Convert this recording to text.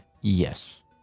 yes